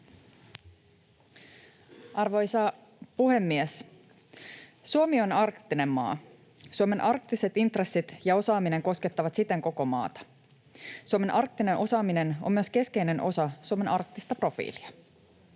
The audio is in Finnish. Arvoisa puhemies! Suomi on arktinen maa. Suomen arktiset intressit ja osaaminen koskettavat siten koko maata. Suomen arktinen osaaminen on myös keskeinen osa Suomen arktista profiilia.